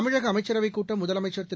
தமிழக அமைச்சரவைக் கூட்டம் முதலமைச்சர் திரு